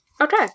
Okay